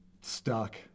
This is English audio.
stuck